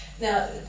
Now